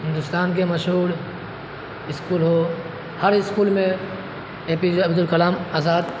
ہندوستان کے مشہور اسکول ہو ہر اسکول میں A P J Abdul Kalam Azad